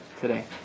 today